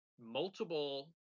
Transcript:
multiple